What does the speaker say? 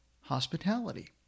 hospitality